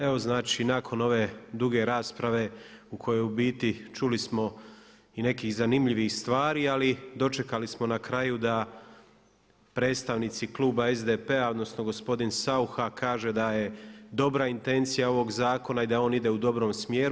Evo znači nakon ove duge rasprave u kojoj u biti čuli smo i nekih zanimljivih stvari, ali dočekali smo na kraju da predstavnici kluba SDP-a, odnosno gospodin Saucha kaže da je dobra intencija ovog zakona i da on ide u dobrom smjeru.